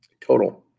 total